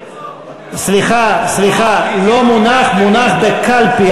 סליחה, סליחה, לא מונח, מונח בקלפי.